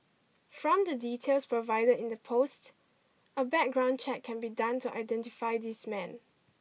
from the details provided in the post a background check can be done to identify this man